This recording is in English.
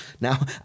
Now